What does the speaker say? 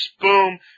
Boom